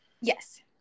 Yes